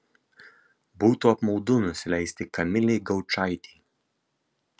būtų apmaudu nusileisti kamilei gaučaitei